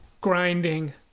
Grinding